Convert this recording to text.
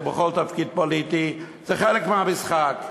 ובכל תפקיד פוליטי זה חלק מהמשחק,